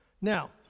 Now